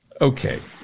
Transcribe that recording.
okay